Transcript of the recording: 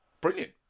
brilliant